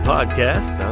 Podcast